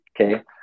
Okay